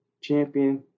champion